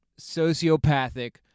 sociopathic